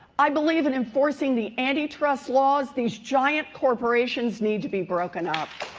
i believe in enforcing the antitrust laws. these giant corporations need to be broken up.